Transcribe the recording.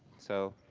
so